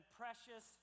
precious